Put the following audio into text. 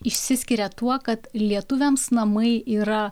išsiskiria tuo kad lietuviams namai yra